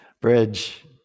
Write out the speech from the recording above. Bridge